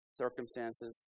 circumstances